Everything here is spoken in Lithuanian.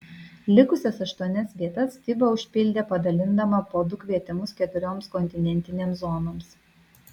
likusias aštuonias vietas fiba užpildė padalindama po du kvietimus keturioms kontinentinėms zonoms